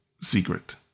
secret